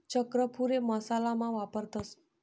चक्रफूल हे मसाला मा वापरतस